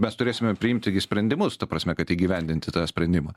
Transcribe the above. mes turėsime priimti gi sprendimus ta prasme kad įgyvendinti tą sprendimą